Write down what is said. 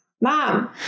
mom